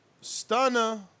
Stunner